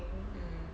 mm